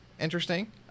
Interesting